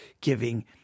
giving